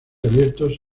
abiertos